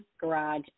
garage